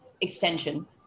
extension